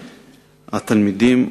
התלמידים.